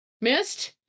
Missed